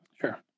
Sure